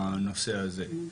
בנושא הזה.